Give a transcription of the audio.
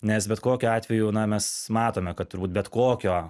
nes bet kokiu atveju na mes matome kad turbūt bet kokio